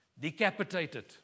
decapitated